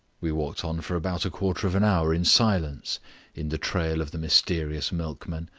we walked on for about a quarter of an hour in silence in the trail of the mysterious milkman.